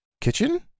kitchen